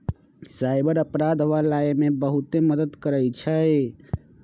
cyber अपराध वाला एमे बहुते मदद करई छई